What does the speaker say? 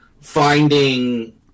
finding